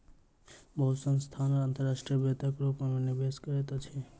बहुत संस्थान अंतर्राष्ट्रीय वित्तक रूप में निवेश करैत अछि